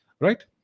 right